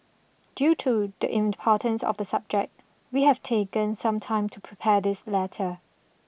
due to the importance of the subject we have taken some time to prepare this letter